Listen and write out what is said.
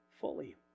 fully